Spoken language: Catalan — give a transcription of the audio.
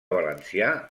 valencià